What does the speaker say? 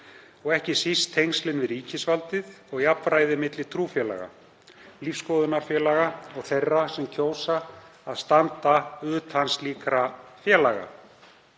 ekki síst tengslin við ríkisvaldið og jafnræði milli trúfélaga, lífsskoðunarfélaga og þeirra sem kjósa að standa utan slíkra félaga.